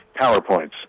PowerPoints